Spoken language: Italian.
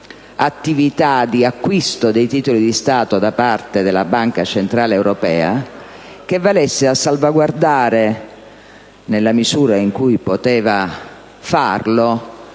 attività di acquisto dei titoli di Stato da parte della Banca centrale europea che valesse a salvaguardare - nella misura in cui poteva farlo